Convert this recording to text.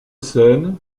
scène